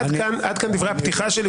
עד כאן דברי הפתיחה שלי.